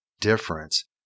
difference